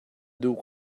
duh